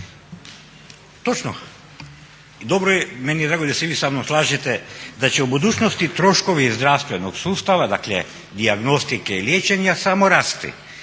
Točno, dobro je i meni je drago da se vi sa mnom slažete da će u budućnosti troškovi zdravstvenog sustava dakle dijagnostike i liječenja samo rasti.